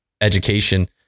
education